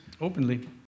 openly